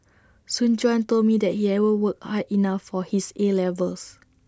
Soon Juan told me that he hadn't worked hard enough for his A levels